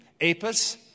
Apis